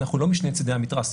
אנחנו לא משני צידי המתרס.